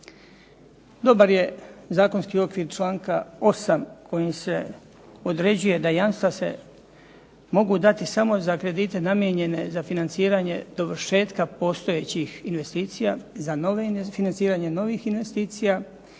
Dobar je zakonski okvir članka 8. kojim se određuje da jamstva se mogu dati samo za kredite namijenjene za financiranje dovršetka postojećih investicija, za financiranje novih investicija,